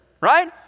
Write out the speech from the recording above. right